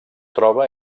troba